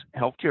Healthcare